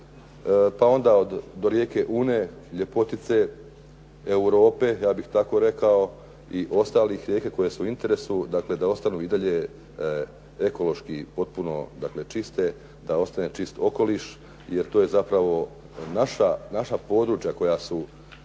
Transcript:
pa onda do rijeke Une, ljepotice Europe, ja bih tako rekao i ostalih rijeka koje su u interesu, dakle da ostanu i dalje ekološki potpuno čiste, da ostane čist okoliš jer to je zapravo naša područja koja se